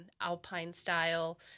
alpine-style